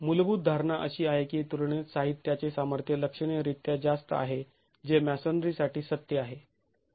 मूलभूत धारणा अशी आहे की तुलनेत साहित्याचे सामर्थ्य लक्षणीय रीत्या जास्त आहे जे मॅसोनरी साठी सत्य आहे